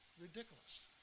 ridiculous